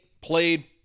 played